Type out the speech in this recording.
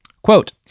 Quote